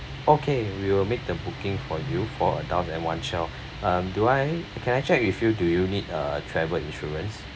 okay we will make the booking for you four adult and one child um do I can I check with you do you need a travel insurance